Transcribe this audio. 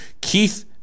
Keith